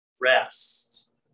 rest